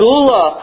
Gula